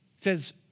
says